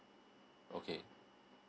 okay